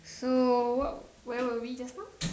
so what where were we just now